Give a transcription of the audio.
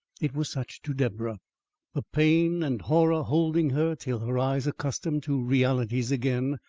it was such to deborah the pain and horror holding her till her eyes, accustomed to realities again,